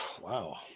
Wow